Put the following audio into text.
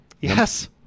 Yes